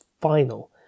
final